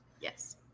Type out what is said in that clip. Yes